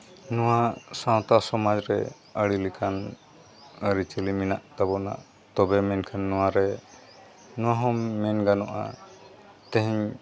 ᱱᱚᱣᱟ ᱥᱟᱶᱛᱟ ᱥᱚᱢᱟᱡᱽ ᱨᱮ ᱟᱹᱰᱤ ᱞᱮᱠᱟᱱ ᱟᱹᱨᱤᱪᱟᱹᱞᱤ ᱢᱮᱱᱟᱜ ᱛᱟᱵᱚᱱᱟ ᱛᱚᱵᱮ ᱢᱮᱱᱠᱷᱟᱱ ᱱᱚᱣᱟᱨᱮ ᱱᱚᱣᱟ ᱦᱚᱸ ᱢᱮᱱ ᱜᱟᱱᱚᱜᱼᱟ ᱛᱮᱦᱮᱧ